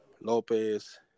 Lopez